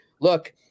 look